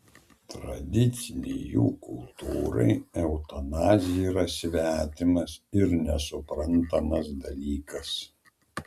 tradicinei jų kultūrai eutanazija yra svetimas ir nesuprantamas dalykas